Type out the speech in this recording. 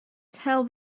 tell